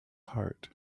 heart